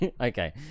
okay